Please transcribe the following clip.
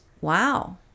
Wow